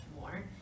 more